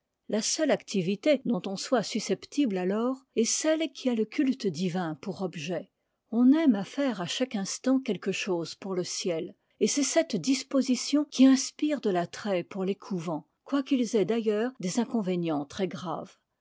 la seule activité dont on soit susceptible alors est celle qui a le culte divin pour objet on aime à faire à chaque instant quelque chose pour le ciel et c'est cette disposition qui inspire de l'attrait pour les couvents quoiqu'ils aient d'ailleurs des inconvénients très graves